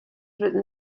written